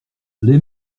les